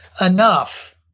enough